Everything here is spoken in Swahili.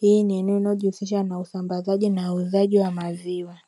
ni eneo inayojihusisha na usambazaji na uuzaji wa maziwa.